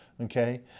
Okay